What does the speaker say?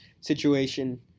situation